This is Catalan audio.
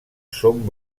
són